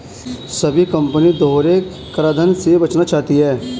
सभी कंपनी दोहरे कराधान से बचना चाहती है